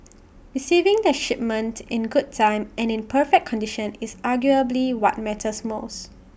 receiving their shipment in good time and in perfect condition is arguably what matters most